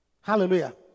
Hallelujah